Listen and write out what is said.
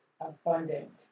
abundant